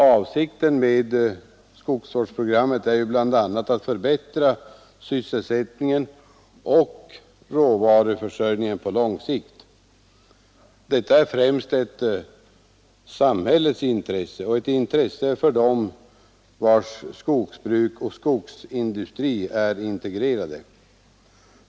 Avsikten med skogsvårdsprogrammet är bl.a. att förbättra sysselsättningen och råvaruförsörjningen på lång sikt. Detta är främst ett samhällets intresse och ett intresse för dem vilkas skogsbruk och skogsindustri är integrerade.